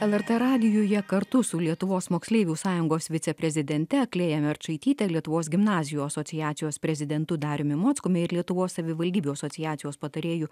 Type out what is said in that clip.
lrt radijuje kartu su lietuvos moksleivių sąjungos viceprezidente klėja merčaityte lietuvos gimnazijų asociacijos prezidentu dariumi mockumi ir lietuvos savivaldybių asociacijos patarėju